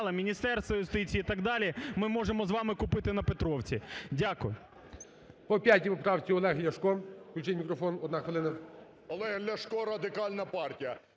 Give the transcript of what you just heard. Міністерства юстиції і так далі ми можемо з вами купити на Петровці. Дякую.